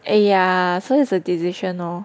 ya so is a decision lor